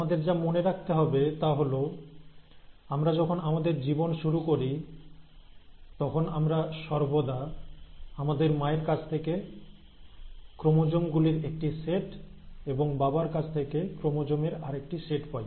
আমাদের যা মনে রাখতে হবে তা হল আমরা যখন আমাদের জীবন শুরু করি তখন আমরা সর্বদা ক্রোমোজোমের একটি করে সেট আমাদের বাবা এবং মায়ের কাছ থেকে পাই